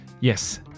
Yes